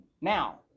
Now